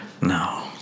No